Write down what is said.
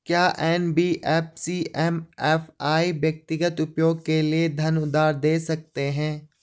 क्या NBFC MFI व्यक्तिगत उपयोग के लिए धन उधार दें सकते हैं?